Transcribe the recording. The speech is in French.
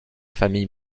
famille